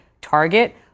target